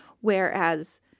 whereas